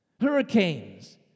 Hurricanes